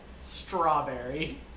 Strawberry